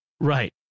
Right